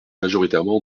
majoritairement